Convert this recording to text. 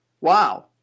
Wow